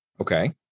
Okay